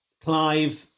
Clive